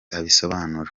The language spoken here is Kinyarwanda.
abisobanura